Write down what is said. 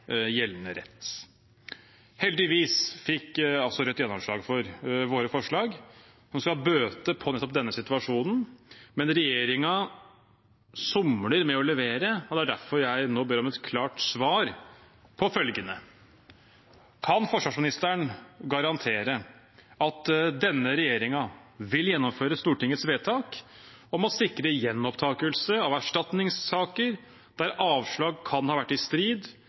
gjeldende rett. Heldigvis fikk altså Rødt gjennomslag for sine forslag, som skal bøte på nettopp denne situasjonen, men regjeringen somler med å levere, og det er derfor jeg nå ber om et klart svar på følgende: Kan forsvarsministeren garantere at denne regjeringen vil gjennomføre Stortingets vedtak om å sikre gjenopptakelse av erstatningssaker der avslaget kan ha vært i strid